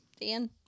Dan